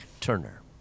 Turner